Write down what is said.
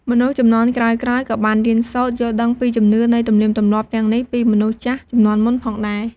មនុស្សជំនាន់ក្រោយៗ ក៏បានរៀនសូត្រយល់ដឹងពីជំនឿនៃទំនៀមទម្លាប់ទាំងនេះពីមនុស្សចាស់ជំនាន់មុនផងដែរ។